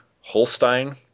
Holstein